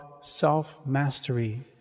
self-mastery